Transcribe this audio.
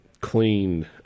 clean